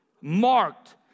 marked